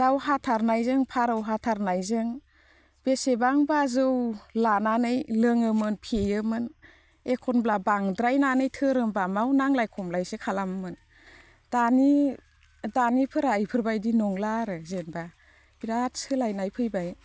दाउ हाथारनायजों फारौ हाथारनायजों बेसेबांबा जौ लानानै लोङोमोन फेयोमोन एखनब्ला बांद्रायनानै धोरोमबामाव नांलाय खमलायसो खालामोमोन दानि दानिफोरा इफोरबायदि नंला आरो जेनोबा बिराद सोलायनाय फैबाय